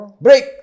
Break